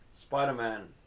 Spider-Man